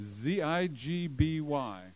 Z-I-G-B-Y